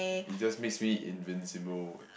it just makes me invincible